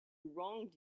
wronged